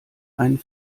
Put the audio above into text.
einen